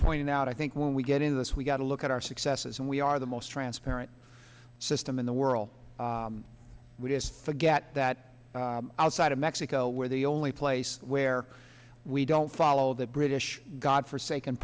point out i think when we get into this we've got to look at our successes and we are the most transparent system in the world we just forget that outside of mexico where the only place where we don't follow the british god for sake and